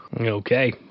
Okay